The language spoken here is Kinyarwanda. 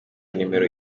nimero